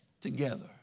together